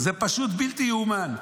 זה פשוט בלתי ייאמן.